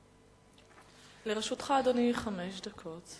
לרשותך, אדוני, חמש דקות.